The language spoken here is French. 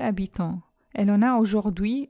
habitants elle en a aujourd'hui